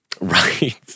Right